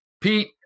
Pete